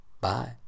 bye